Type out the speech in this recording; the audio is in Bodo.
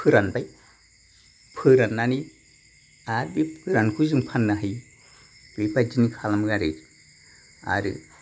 फोरानबाय फोराननानै आरो बे गोरानखौ जों फाननो हायो बेबायदिनो खालामो आरो आरो